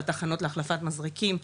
בתחנות להחלפת מזרקים,